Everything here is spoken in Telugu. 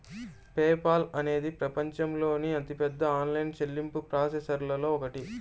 పే పాల్ అనేది ప్రపంచంలోని అతిపెద్ద ఆన్లైన్ చెల్లింపు ప్రాసెసర్లలో ఒకటి